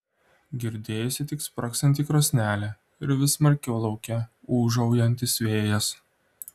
girdėjosi tik spragsinti krosnelė ir vis smarkiau lauke ūžaujantis vėjas